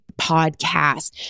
podcast